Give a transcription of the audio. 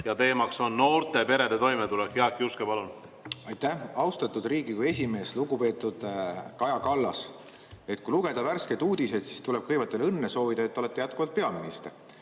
ja teema on noorte perede toimetulek. Jaak Juske, palun! Aitäh, austatud Riigikogu esimees! Lugupeetud Kaja Kallas! Kui lugeda värskeid uudiseid, siis tuleb kõigepealt teile õnne soovida, et te olete jätkuvalt peaminister. Aga